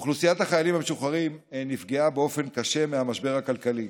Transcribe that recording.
אוכלוסיית החיילים המשוחררים נפגעה באופן קשה מהמשבר הכלכלי.